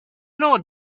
know